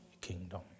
kingdom